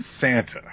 Santa